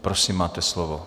Prosím, máte slovo.